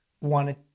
wanted